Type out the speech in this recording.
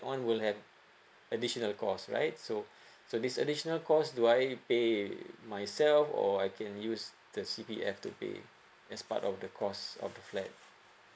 on will have additional cost right so so this additional cost do I pay with myself or I can use the C_P_F to pay as part of the cost of the flat